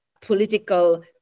political